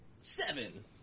Seven